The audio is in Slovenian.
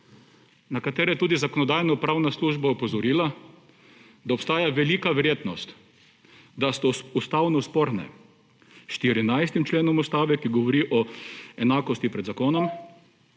na katere je tudi Zakonodajno-pravna služba opozorila, da obstaja velika verjetnost, da so ustavno sporne s 14. členom Ustave, ki govori o enakosti pred zakonom,